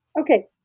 Okay